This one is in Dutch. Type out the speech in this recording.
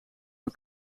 een